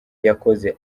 yakoze